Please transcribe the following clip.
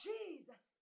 Jesus